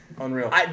Unreal